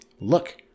Look